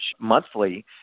monthly